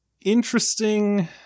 interesting